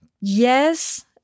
Yes